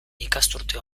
ikasturte